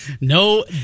No